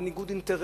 על ניגוד אינטרסים,